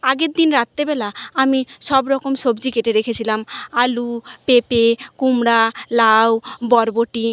আগের দিন রাত্রেবেলা আমি সব রকম সব্জি কেটে রেখেছিলাম আলু পেঁপে কুমড়া লাউ বরবটি